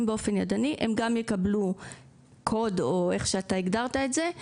באופן ידני הם גם יקבלו קוד או איך שאתה הגדרת את זה,